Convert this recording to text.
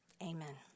Amen